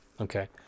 okay